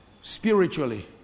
spiritually